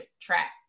track